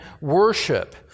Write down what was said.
worship